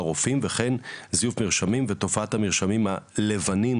רופאים וכן זיוף מרשמים ותופעת המרשמים הלבנים,